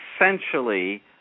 essentially